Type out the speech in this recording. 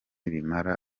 bimara